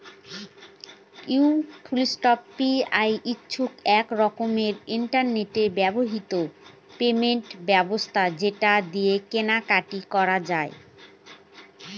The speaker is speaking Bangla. ইউ.পি.আই হচ্ছে এক রকমের ইন্টারনেট বাহিত পেমেন্ট ব্যবস্থা যেটা দিয়ে কেনা কাটি করা যায়